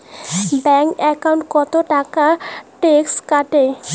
Bank একাউন্টত কতো টাকা ট্যাক্স কাটে?